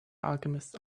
alchemist